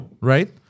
right